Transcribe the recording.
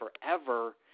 forever